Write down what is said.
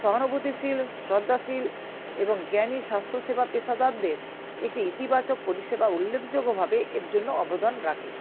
সহানুভূতিশীল শ্রদ্ধাশীল এবং জ্ঞানী স্বাস্থ্যসেবা পেশাদারদের একটি ইতিবাচক পরিষেবা উল্লেখযোগ্যভাবে এর জন্য অবদান রাখে